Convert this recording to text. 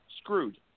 Screwed